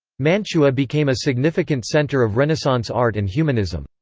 mantua became a significant center of renaissance art and humanism.